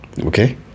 Okay